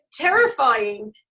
terrifying